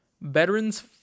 veterans